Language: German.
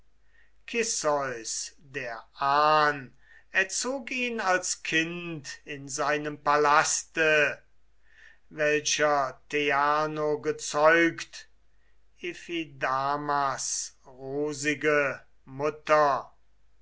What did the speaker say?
der ahn erzog ihn als kind in seinem palaste welcher theano gezeugt iphidamas rosige mutter